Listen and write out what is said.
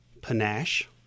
panache